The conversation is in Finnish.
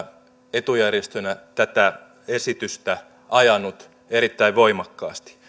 etujärjestönä tätä esitystä ajanut erittäin voimakkaasti